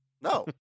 No